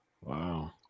Wow